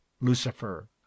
Lucifer